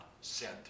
sent